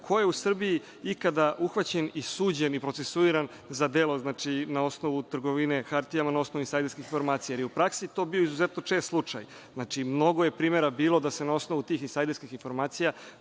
ko je u Srbiji ikada uhvaćen i suđen i procesuiran za dela na osnovu trgovine hartijama na osnovu insajderskih informacija? Jer, u praksi je to bio izuzetno čest slučaj. Znači, mnogo je primera bilo da se na osnovu tih insajderskih informacija